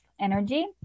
energy